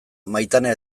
maitane